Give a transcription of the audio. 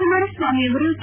ಕುಮಾರಸ್ವಾಮಿ ಅವರು ಕೆ